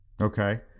Okay